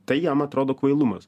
tai jam atrodo kvailumas